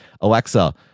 Alexa